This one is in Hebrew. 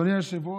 אדוני היושב-ראש,